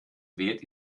wärt